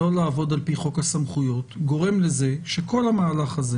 לא לעבוד על פי חוק הסמכויות גורם לזה שכל המהלך הזה